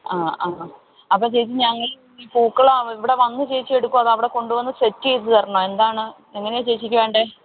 അ അ അപ്പോൾ ചേച്ചി ഞങ്ങൾ ഈ പൂക്കൾ ഇവിടെ വന്ന് ചേച്ചി എടുക്കുവോ അതോ അവിടെ കൊണ്ടുവന്ന് സെറ്റ് ചെയ്തു തരണോ എന്താണ് എങ്ങനെയാ ചേച്ചിക്ക് വേണ്ടത്